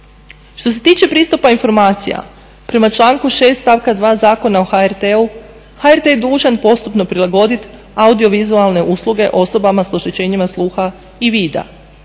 Što se tiče pristupa informacija prema članku 6. stavka 2. Zakona o HRT-u, HRT je dužan postupno prilagoditi audiovizualne usluge osobama s oštećenjima sluha i vida.